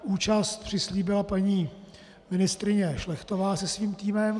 Účast přislíbila paní ministryně Šlechtová se svým týmem.